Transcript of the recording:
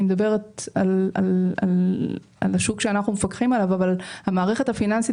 אני מדברת על השוק שאנחנו מפקחים עליו אבל המערכת הפיננסית